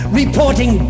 reporting